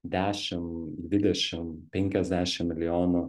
dešim dvidešim penkiasdešim milijonų